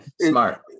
Smart